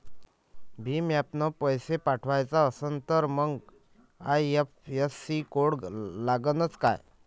भीम ॲपनं पैसे पाठवायचा असन तर मंग आय.एफ.एस.सी कोड लागनच काय?